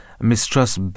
Mistrust